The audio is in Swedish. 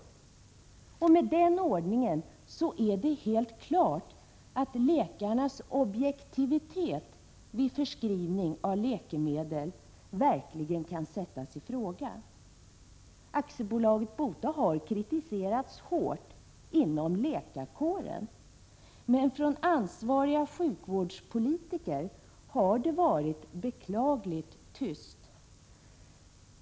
Med den ordningen är det helt klart att läkarnas objektivitet vid förskrivning av läkemedel verkligen kan sättas i fråga. BOTA AB har kritiserats hårt inom läkarkåren. Men från ansvariga sjukvårdspolitiker har det varit beklagligt tyst.